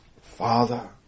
Father